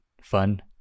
fun